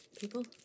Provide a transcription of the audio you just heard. people